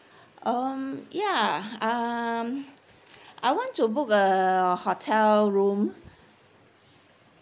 um ya um I want to book a hotel room